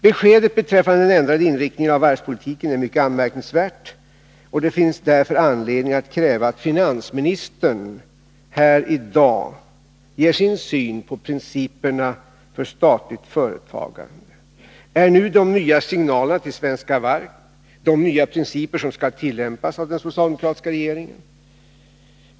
Beskedet beträffande den ändrade inriktningen av varvspolitiken är mycket anmärkningsvärt, och det finns därför anledning att kräva att finansministern här i dag ger sin syn på principerna för statligt företagande. Är nu de nya signalerna till Svenska Varv de nya principer som skall tillämpas av den socialdemokratiska regeringen?